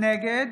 נגד